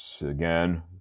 again